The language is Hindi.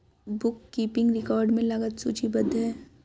बुक कीपिंग रिकॉर्ड में लागत सूचीबद्ध है